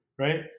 right